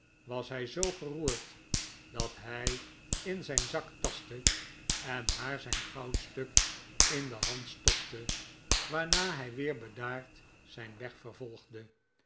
was hij zoo geroerd dat hij in zijn zak tastte en haar zijn goudstuk in de hand stopte waarna hij weer bedaard zijn weg vervolgde